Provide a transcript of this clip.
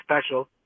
special